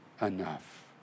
enough